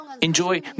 enjoy